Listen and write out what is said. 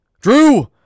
Drew